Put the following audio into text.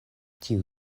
tiu